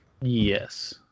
Yes